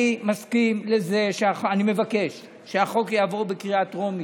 אני מבקש שהחוק יעבור בקריאה טרומית.